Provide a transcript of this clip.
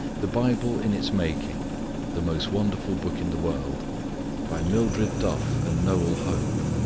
the bible in its making the most wonderful book in the world by mildred duff and noel hope